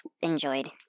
enjoyed